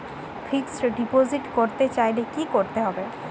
Fixed deposit করতে চাইলে কি করতে হবে?